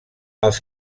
els